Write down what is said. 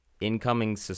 incoming